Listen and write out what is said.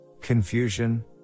confusion